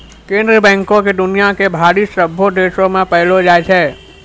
केन्द्रीय बैंको के दुनिया भरि के सभ्भे देशो मे पायलो जाय छै